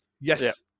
yes